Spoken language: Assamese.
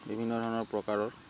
বিভিন্ন ধৰণৰ প্ৰকাৰত